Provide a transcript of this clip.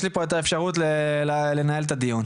יש לי פה את האפשרות לנהל את הדיון.